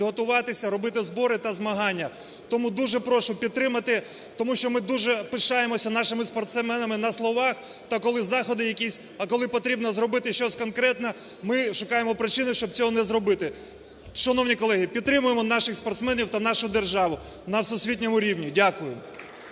підготуватися робити збори та змагання. Тому дуже прошу підтримати, тому що ми дуже пишаємося нашими спортсменами на словах та коли заходи якісь, а коли потрібно зробити щось конкретно, ми шукаємо причини, щоб цього не зробити. Шановні колеги, підтримаємо наших спортсменів та нашу державу на всесвітньому рівні. Дякую.